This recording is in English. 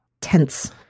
tense